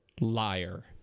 Liar